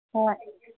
ꯍꯣꯏ